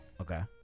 Okay